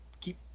keep